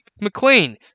McLean